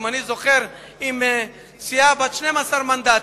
עם סיעה בת 12 מנדטים,